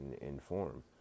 inform